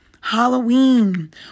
Halloween